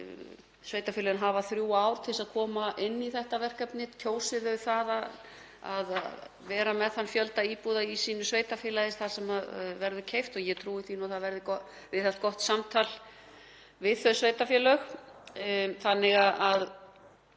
Sveitarfélögin hafa þrjú ár til þess að koma inn í þetta verkefni, kjósi þau að vera með þann fjölda íbúða í sínu sveitarfélagi þar sem verður keypt, og ég trúi því nú að það verði viðhaft gott samtal við þau sveitarfélög. Ég held að